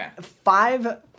five